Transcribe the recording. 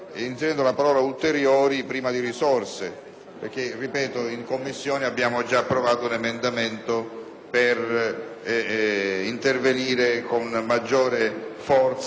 ripeto, in Commissione abbiamo già approvato un emendamento per intervenire con maggior forza sul problema dei